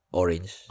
orange